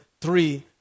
three